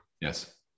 Yes